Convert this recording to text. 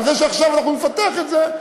אבל זה שעכשיו אנחנו נפתח את זה,